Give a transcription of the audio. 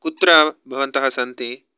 कुत्र भवन्तः सन्ति